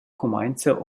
cumainza